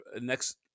next